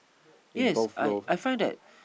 yes I I find that